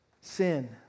sin